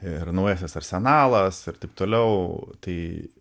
ir naujasis arsenalas ir taip toliau tai